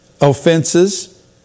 Offenses